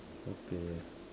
okay